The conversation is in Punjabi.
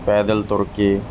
ਪੈਦਲ ਤੁਰ ਕੇ